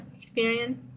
experience